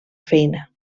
feina